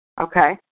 okay